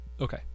okay